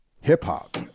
hip-hop